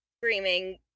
Screaming